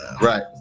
Right